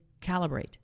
calibrate